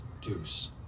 deuce